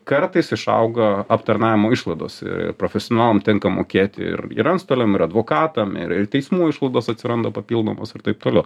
kartais išauga aptarnavimo išlaidos ir profesionalam tenka mokėti ir ir antstoliam ir advokatam ir ir teismų išlaidos atsiranda papildomos ir taip toliau